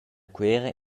cuera